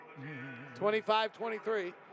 25-23